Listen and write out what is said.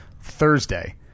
Thursday